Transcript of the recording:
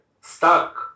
stuck